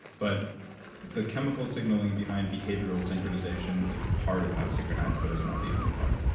but the chemical signaling behind behavioral synchronization is part of how it's synchronized but it's not the only part.